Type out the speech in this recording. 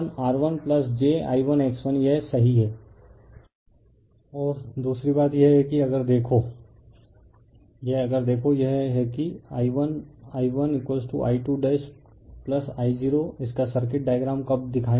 refer slide time 1240 और दूसरी बात यह है कि अगर देखो यह अगर देखो यह है कि I1I1I2I0 इसका सर्किट डायग्राम कब दिखाएगे